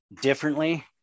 differently